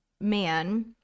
man